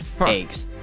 eggs